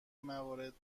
موارد